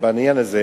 לסדר-היום.